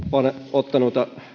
ottanut